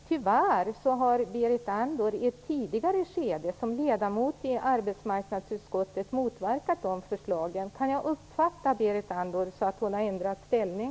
Tyvärr har Berit Andnor i ett tidigare skede, som ledamot i arbetsmarknadsutskottet, motverkat de förslagen. Kan jag uppfatta Berit Andnor som att hon har ändrat inställning?